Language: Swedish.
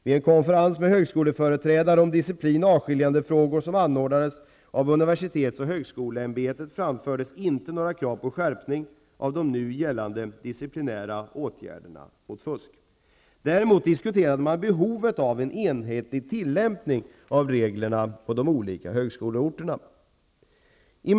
Vid en konferens med högskoleföreträdare om disciplin och avskiljandefrågor som anordnats av universitetsoch högskoleämbetet framfördes inte några krav på skärpning av de nu gällande disciplinära åtgärderna mot fusk. Däremot diskuterade man behovet av en enhetlig tillämpning av reglerna på de olika högskoleorterna. Herr talman!